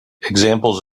examples